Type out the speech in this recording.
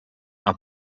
are